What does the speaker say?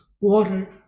water